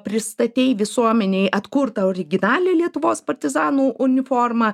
pristatei visuomenei atkurtą originalią lietuvos partizanų uniformą